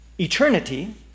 Eternity